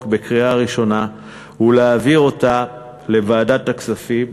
בקריאה ראשונה ולהעביר אותה לוועדת הכספים,